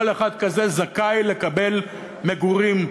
כל אחד כזה זכאי לקבל מגורים,